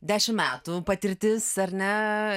dešim metų patirtis ar ne